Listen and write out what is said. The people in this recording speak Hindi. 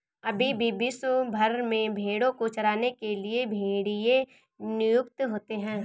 अभी भी विश्व भर में भेंड़ों को चराने के लिए गरेड़िए नियुक्त होते हैं